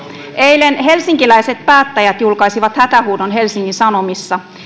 eilen helsinkiläiset päättäjät julkaisivat hätähuudon helsingin sanomissa